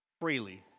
freely